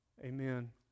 Amen